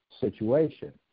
situation